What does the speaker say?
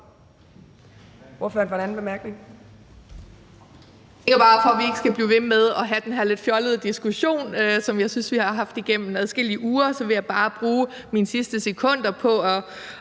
for at vi ikke skal blive ved med at have den her lidt fjollede diskussion, som jeg synes vi har haft igennem adskillige uger. Så vil jeg bare bruge mine sidste sekunder på at